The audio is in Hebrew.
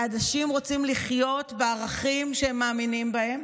ואנשים רוצים לחיות בערכים שהם מאמינים בהם,